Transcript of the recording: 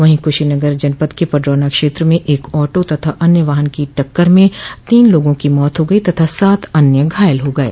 वहीं कुशीनगर जनपद के पडरौना क्षेत्र में एक आटो तथा अन्य वाहन की टक्कर में तीन लोगों की मौत हो गइ तथा सात अन्य घायल हा गये